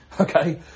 Okay